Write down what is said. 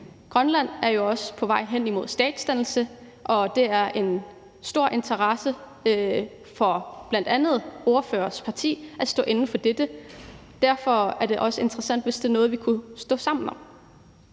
Grønland er jo også på vej hen imod statsdannelse, og det er en stor interesse for bl.a. ordførerens parti at stå inde for dette. Derfor er det også interessant, hvis det er noget, vi kunne stå sammen om.